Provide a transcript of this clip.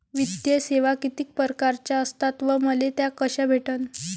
वित्तीय सेवा कितीक परकारच्या असतात व मले त्या कशा भेटन?